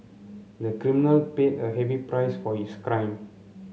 the criminal paid a heavy price for his crime